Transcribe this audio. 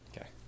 okay